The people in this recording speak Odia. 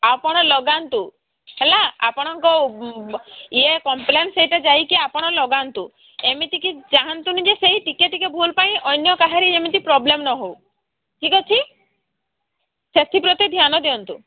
ଆପଣ ଲଗାନ୍ତୁ ହେଲା ଆପଣଙ୍କ ଇଏ କମ୍ପ୍ଲେନ୍ ସେଇଟା ଯାଇକି ଆପଣ ଲଗାନ୍ତୁ ଏମିତିକି ଚାହାଁନ୍ତୁନି ଯେ ସେଇ ଟିକେ ଟିକେ ଭଲ ପାଇଁ ଅନ୍ୟ କାହାରି ଏମିତି ପ୍ରୋବ୍ଲେମ୍ ନହେଉ ଠିକ୍ ଅଛି ସେଥିପ୍ରତି ଧ୍ୟାନ ଦିଅନ୍ତୁ